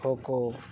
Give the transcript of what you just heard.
ᱠᱷᱳᱠᱷᱳ